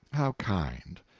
how kind!